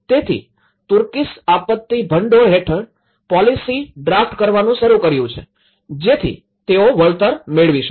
તેથી તુર્કીશ આપત્તિ ભંડોળ હેઠળ પોલિસી ડ્રાફ્ટ કરવાનું શરુ કર્યું છે જેથી તેઓ વળતર મેળવી શકે